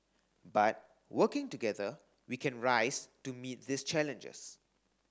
but working together we can rise to meet these challenges